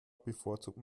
bevorzugt